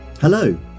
Hello